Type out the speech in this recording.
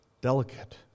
delicate